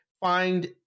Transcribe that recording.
find